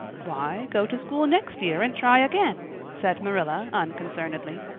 why, go to school next year and try again, said marilla unconcernedly.